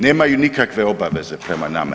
Nemaju nikakve obaveze prema nama.